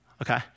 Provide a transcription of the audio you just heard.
Okay